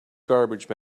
garbage